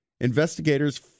Investigators